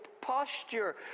posture